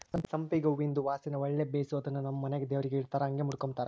ಸಂಪಿಗೆ ಹೂವಿಂದು ವಾಸನೆ ಒಳ್ಳೆ ಬೇಸು ಅದುನ್ನು ನಮ್ ಮನೆಗ ದೇವರಿಗೆ ಇಡತ್ತಾರ ಹಂಗೆ ಮುಡುಕಂಬತಾರ